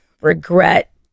regret